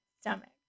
stomach